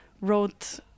wrote